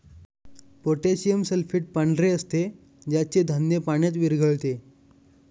potassium sulphate पांढरे असते ज्याचे धान्य पाण्यात विरघळते